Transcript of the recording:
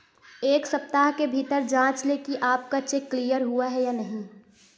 एक सप्ताह के भीतर जांच लें कि आपका चेक क्लियर हुआ है या नहीं